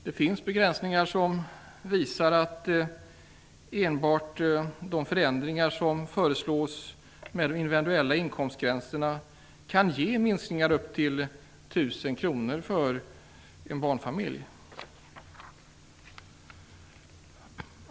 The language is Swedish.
Det finns beräkningar som visar att enbart de förändringar som föreslås med de individuella inkomstgränserna kan ge minskningar på upp till 1 000 kr för en barnfamilj.